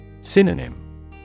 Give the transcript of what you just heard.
Synonym